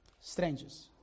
Strangers